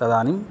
तदानीं